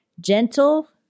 gentle